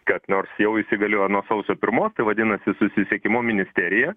kad nors jau įsigaliojo nuo sausio pirmos tai vadinasi susisiekimo ministerija